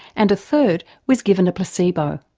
and a third was given a placebo.